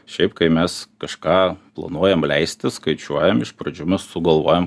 šiaip kai mes kažką planuojam leisti skaičiuojam iš pradžių mes sugalvojam